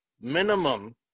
Minimum